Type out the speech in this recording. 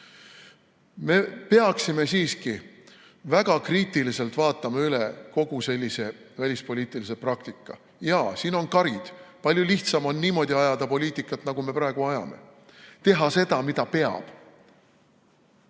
Me peaksime siiski väga kriitiliselt üle vaatama kogu senise välispoliitilise praktika. Jaa, siin on karid. Palju lihtsam on niimoodi ajada poliitikat, nagu me praegu ajame – teha seda, mida peab.